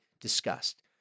discussed